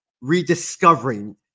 rediscovering